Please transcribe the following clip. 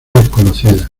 desconocida